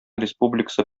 республикасы